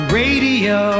radio